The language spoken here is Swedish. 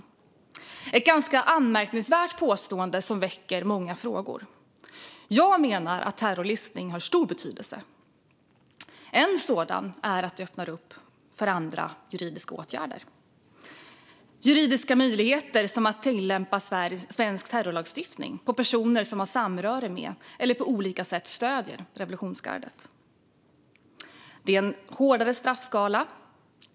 Detta är ett ganska anmärkningsvärt påstående som väcker många frågor. Jag menar att terrorlistning har stor betydelse. En sådan är att det öppnar upp för andra juridiska åtgärder, juridiska möjligheter som att tillämpa svensk terrorlagstiftning på personer som har samröre med eller på olika sätt stöder revolutionsgardet. Det är en hårdare straffskala.